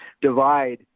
divide